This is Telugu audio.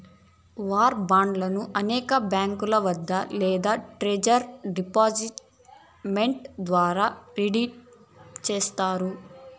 వార్ బాండ్లను అనేక బాంకీల వద్ద లేదా ట్రెజరీ డిపార్ట్ మెంట్ ద్వారా రిడీమ్ చేస్తారు